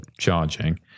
charging